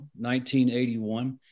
1981